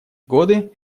годы